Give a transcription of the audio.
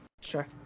Sure